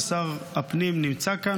שר הפנים נמצא כאן,